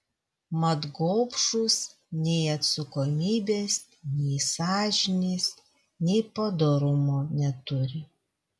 mat gobšūs nei atsakomybės nei sąžinės nei padorumo neturi